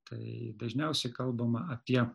tai dažniausiai kalbama apie